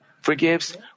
forgives